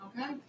Okay